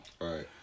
Right